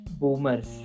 boomers